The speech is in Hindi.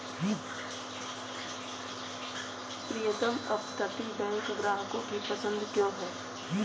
प्रीतम अपतटीय बैंक ग्राहकों की पसंद क्यों है?